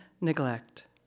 neglect